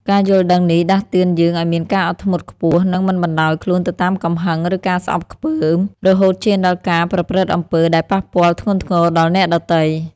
ការយល់ដឹងនេះដាស់តឿនយើងឲ្យមានការអត់ធ្មត់ខ្ពស់ និងមិនបណ្ដោយខ្លួនទៅតាមកំហឹង ឬការស្អប់ខ្ពើម រហូតឈានដល់ការប្រព្រឹត្តអំពើដែលប៉ះពាល់ធ្ងន់ធ្ងរដល់អ្នកដទៃ។